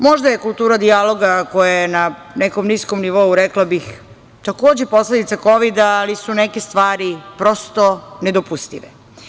Možda je kultura dijaloga koja je na nekom niskom nivou, rekla bih, takođe posledica Kovida, ali su neke stvari prosto nedopustive.